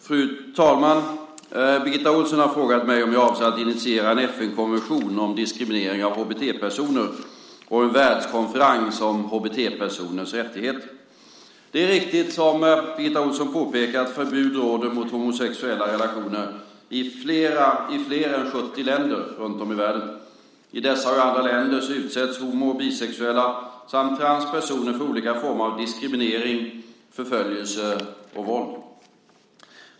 Fru talman! Birgitta Ohlsson har frågat mig om jag avser att initiera en FN-konvention om diskriminering av HBT-personer och en världskonferens om HBT-personers rättigheter. Det är riktigt, som Birgitta Ohlsson påpekar, att förbud råder mot homosexuella relationer i flera än 70 länder i världen. I dessa och i andra länder utsätts homo och bisexuella samt transpersoner för olika former av diskriminering, förföljelse och våld.